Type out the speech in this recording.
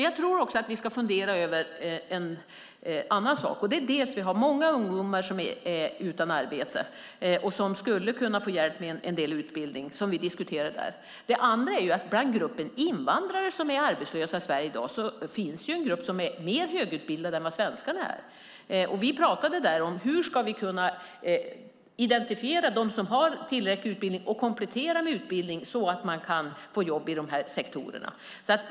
Jag tycker att vi ska fundera över en annan sak. Vi har många ungdomar som är utan arbete och som skulle kunna få hjälp med en del utbildning, vilket vi diskuterar. I gruppen invandrare i Sverige som är arbetslösa i dag finns en grupp som är mer högutbildad än vad svenskarna är. Vi har pratat om hur vi ska kunna identifiera dem som har tillräcklig utbildning och komplettera med utbildning så att de kan få jobb i de här sektorerna.